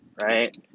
Right